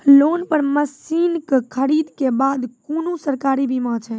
Loan पर मसीनऽक खरीद के बाद कुनू सरकारी बीमा छै?